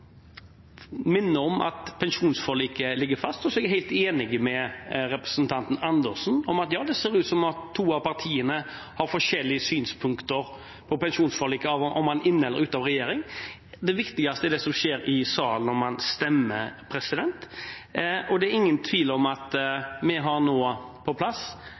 om at pensjonsforliket ligger fast, og så er jeg helt enig med representanten Dag Terje Andersen i at det ser ut som om to av partiene har forskjellige synspunkter på pensjonsforliket avhengig av om man er inne i eller ute av regjering. Det viktigste er det som skjer i salen når man stemmer. Det er ingen tvil om at vi nå har på plass